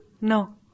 no